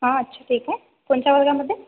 हा अच्छा ठिक है कोणच्या वर्गामध्ये